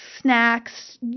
snacks